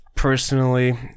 personally